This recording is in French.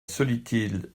solitude